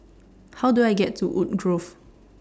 How Do I get to Woodgrove